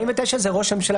49 זה ראש הממשלה.